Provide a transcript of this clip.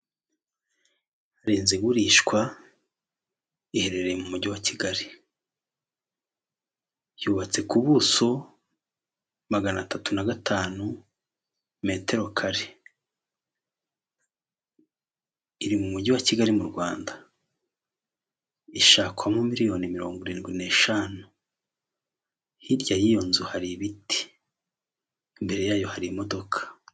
Ni inzu igurishwa iherereye mu mujyi wa Kigali yubatse ku buso magana atatu na gatanu mu mujyi wa kigali mu rRwanda, ishakwamo miliyoni mirongo irindwi neshanu, hirya y'iyo nzu hari ibiti mbere yayo hari imodoka.